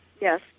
Yes